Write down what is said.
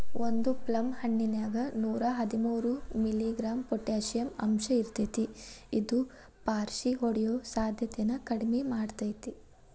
ಒಂದು ಪ್ಲಮ್ ಹಣ್ಣಿನ್ಯಾಗ ನೂರಾಹದ್ಮೂರು ಮಿ.ಗ್ರಾಂ ಪೊಟಾಷಿಯಂ ಅಂಶಇರ್ತೇತಿ ಇದು ಪಾರ್ಷಿಹೊಡಿಯೋ ಸಾಧ್ಯತೆನ ಕಡಿಮಿ ಮಾಡ್ತೆತಿ